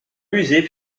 musée